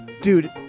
Dude